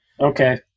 Okay